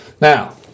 Now